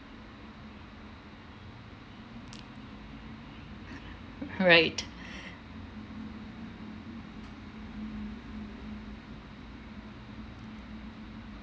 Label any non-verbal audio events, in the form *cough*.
*laughs* right